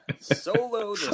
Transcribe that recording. Solo